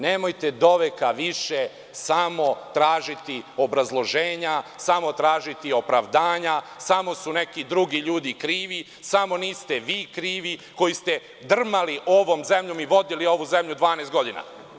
Nemojte doveka više samo tražiti obrazloženja, samo tražiti opravdanja, samo su neki drugi ljudi krivi, samo vi niste krivi koji ste drmali ovom zemljom i vodili ovu zemlju 12 godina.